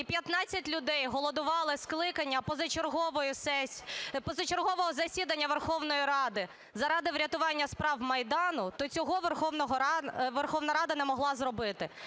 і 15 людей голодували, скликання позачергового засідання Верховної Ради заради врятування справ Майдану, то цього Верховна Рада не могла зробити,